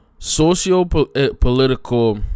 Socio-political